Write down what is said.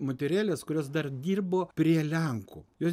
moterėlės kurios dar dirbo prie lenkų jos